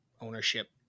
ownership